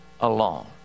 alone